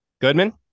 Goodman